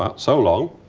ah so long.